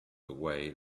away